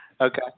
Okay